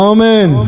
Amen